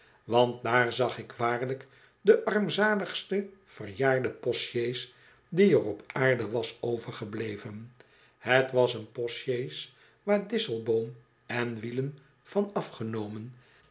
want daar zag ik waarlijk de armzaligste verjaarde postsjees die er op aarde was overgebleven het was een postsjees waar disselboom on wielen van afgenomen